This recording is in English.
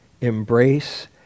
embrace